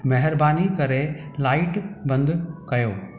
महिरबानी करे लाइट बंदि कयो